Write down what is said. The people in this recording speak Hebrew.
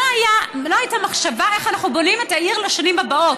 לא הייתה מחשבה איך אנחנו בונים את העיר לשנים הבאות.